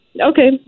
okay